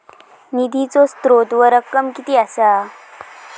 निधीचो स्त्रोत व रक्कम कीती असा?